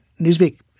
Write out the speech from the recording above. Newsweek